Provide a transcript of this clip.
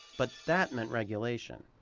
but that meant regulation,